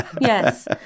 Yes